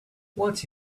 what